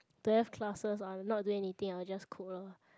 don't have classes or I'm not doing anything I will just cook loh